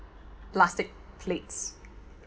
plastic plates